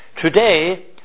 Today